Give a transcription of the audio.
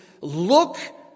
look